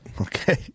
Okay